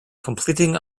completing